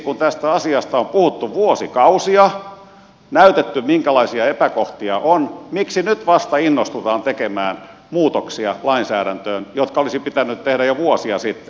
kun tästä asiasta on puhuttu vuosikausia näytetty minkälaisia epäkohtia on miksi nyt vasta innostutaan tekemään lainsäädäntöön muutoksia jotka olisi pitänyt tehdä jo vuosia sitten